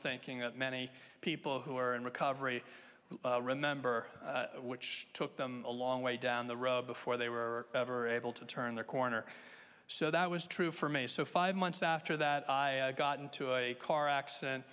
thinking that many people who are in recovery who remember which took them a long way down the road before they were ever able to turn the corner so that was true for me so five months after that i got into a car accident